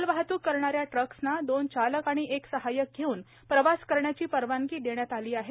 मालवाहतूक करणाऱ्या ट्रक्सना दोन चालक आणि एक सहाय्यक घेऊन प्रवास करण्याची परवानगी देण्यास आली आहे